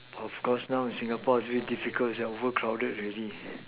but of course now in Singapore it's a bit difficult it's overcrowded already